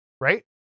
Right